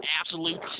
absolute